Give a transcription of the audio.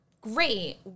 great